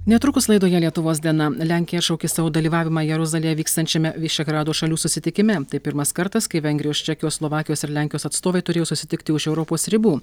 netrukus laidoje lietuvos diena lenkija atšaukė savo dalyvavimą jeruzalėje vykstančiame vyšegrado šalių susitikime tai pirmas kartas kai vengrijos čekijos slovakijos ir lenkijos atstovai turėjo susitikti už europos ribų